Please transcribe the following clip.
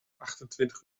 achtentwintig